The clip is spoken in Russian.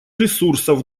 ресурсов